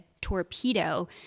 torpedo